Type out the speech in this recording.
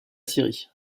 syrie